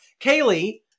Kaylee